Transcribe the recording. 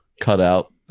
cutout